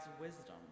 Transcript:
wisdom